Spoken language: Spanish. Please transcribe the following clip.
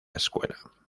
escuela